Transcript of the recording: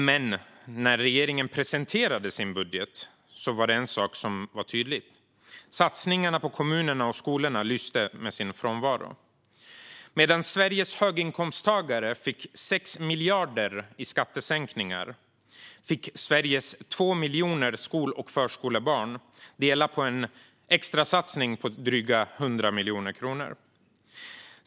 Men när regeringen presenterade sin budget var det en sak som var tydlig, nämligen att satsningarna på kommunerna och skolorna lyste med sin frånvaro. Medan Sveriges höginkomsttagare fick 6 miljarder i skattesänkningar fick Sveriges 2 miljoner skol och förskolebarn dela på en extrasatsning på drygt 100 miljoner kronor.